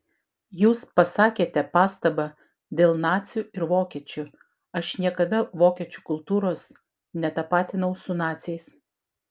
jūs pasakėte pastabą dėl nacių ir vokiečių aš niekada vokiečių kultūros netapatinau su naciais